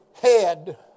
Head